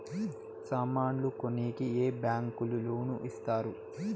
సామాన్లు కొనేకి ఏ బ్యాంకులు లోను ఇస్తారు?